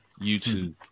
YouTube